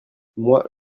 moi